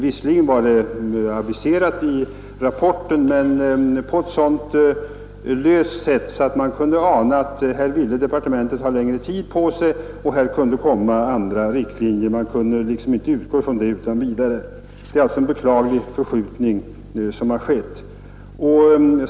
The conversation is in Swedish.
Visserligen var lagförslaget aviserat i rapporten men på ett så löst sätt att man kunde ana att departementet ville ha längre tid på sig och att andra riktlinjer kunde komma. Det är alltså en beklaglig förskjutning som har skett.